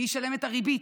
מי ישלם את הריבית?